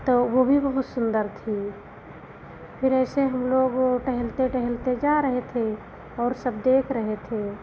तो वह भी बहुत सुन्दर थी फिर ऐसे हम लोग ओ टहलते टहलते जा रहे थे और सब देख रहे थे